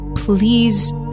please